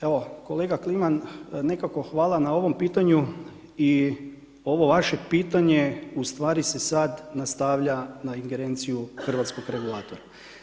Evo kolega Kliman nekako hvala na ovom pitanju i ovo vaše pitanje u stvari se sad nastavlja na ingerenciju hrvatskog regulatora.